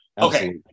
Okay